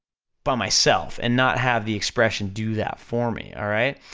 by myself, and not have the expression do that for me, alright?